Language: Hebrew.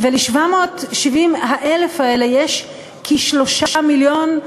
ול-770,000 האלה יש כ-3 מיליון,